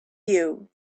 you